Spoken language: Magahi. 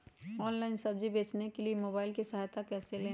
ऑनलाइन सब्जी बेचने के लिए मोबाईल की सहायता कैसे ले?